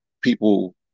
people